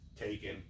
Taken